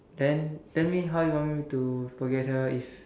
then tell me how you want me to forget her if